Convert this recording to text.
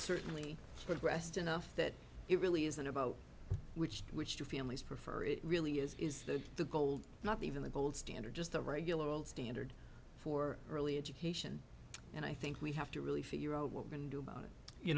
certainly progressed enough that it really isn't about which which the families prefer it really is is that the gold not even the gold standard just the regular old standard for early education and i think we have to really figure out what we can do about it you